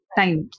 time